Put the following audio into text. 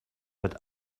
but